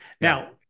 Now